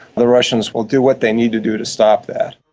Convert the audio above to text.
the russians will do what they need to do to stop that.